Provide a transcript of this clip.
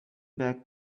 back